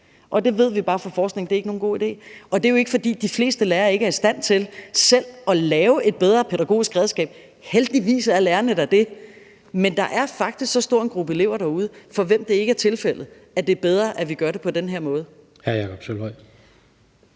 Det ved vi bare fra forskningen ikke er nogen god idé. Det er jo ikke, fordi de fleste lærere ikke er i stand til selv at lave et bedre pædagogisk redskab – heldigvis er lærerne da det. Men der er faktisk så stor en gruppe elever derude, for hvem det ikke er tilfældet, at det er bedre, at vi gør det på den her måde. Kl. 17:47 Tredje